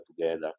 together